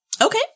Okay